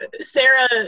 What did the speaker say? Sarah